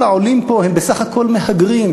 כל העולים פה הם בסך הכול מהגרים,